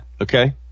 okay